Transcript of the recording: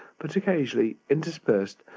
but occasionally interspersed,